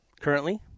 currently